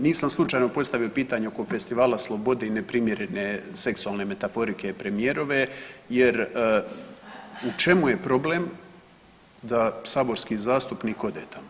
Nisam slučajno postavio pitanje oko Festivala slobode i neprimjerene seksualne metaforike premijerove jer u čemu je problem da saborski zastupnik ode tamo.